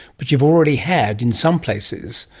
but you've already had, in some places,